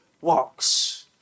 walks